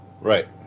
Right